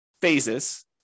phases